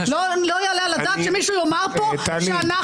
לא יעלה על הדעת שמישהו יאמר פה שאנחנו,